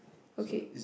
okay